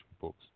books